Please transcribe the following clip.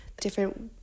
different